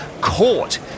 caught